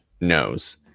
knows